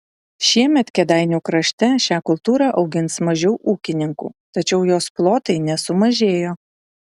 šiemet kėdainių krašte šią kultūrą augins mažiau ūkininkų tačiau jos plotai nesumažėjo